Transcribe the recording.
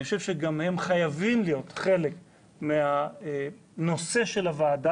אני חושב שהם צריכים להיות גם חלק מהנושא של הוועדה.